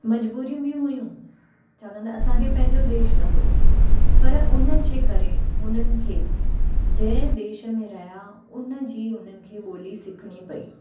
मज़बूरियूं बि हुयूं छाकाणि त असांखे पंहिंजो देश न हुओ पर उन जे करे हुननि खे जंहिं देश में रहिया उन जी उन्हनि खे ॿोली सिखिणी पई